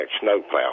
snowplow